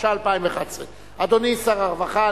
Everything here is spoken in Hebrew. התשע"א 2011. אדוני שר הרווחה,